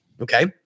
Okay